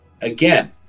Again